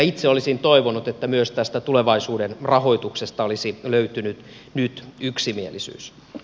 itse olisin toivonut että myös tästä tulevaisuuden rahoituksesta olisi löytynyt nyt yksimielisyys